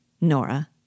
Nora